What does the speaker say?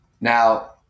Now